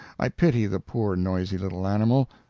i pity the poor noisy little animal,